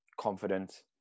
confident